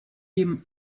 him